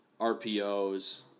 RPOs